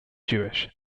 jewish